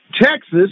Texas